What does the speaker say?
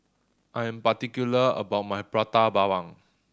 I am particular about my Prata Bawang